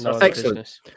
Excellent